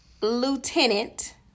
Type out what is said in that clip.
lieutenant